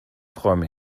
träume